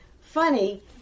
funny